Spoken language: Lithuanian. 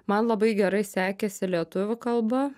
man labai gerai sekėsi lietuvių kalba